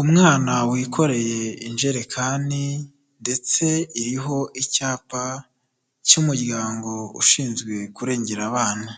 Umwana wikoreye injerekani, ndetse iriho icyapa cy'umuryango ushinzwe kurengera abana.